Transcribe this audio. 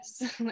yes